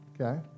okay